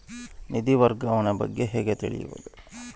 ನಿಧಿ ವರ್ಗಾವಣೆ ಬಗ್ಗೆ ಹೇಗೆ ತಿಳಿಯುವುದು?